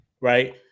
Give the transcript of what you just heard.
Right